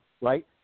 right